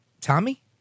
Tommy